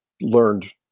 learned